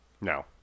No